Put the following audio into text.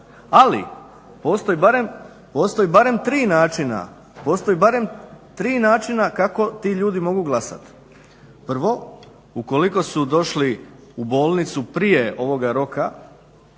barem postoji barem tri načina kako ti ljudi mogu glasat, prvo ukoliko su došli u bolnicu prije ovoga roka,